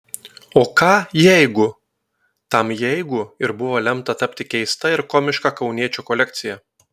o ką jeigu tam jeigu ir buvo lemta tapti keista ir komiška kauniečio kolekcija